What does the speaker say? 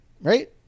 right